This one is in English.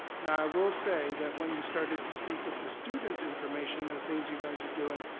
now, i will say that when you started to speak of the student information, the things you guys are doing,